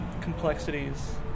complexities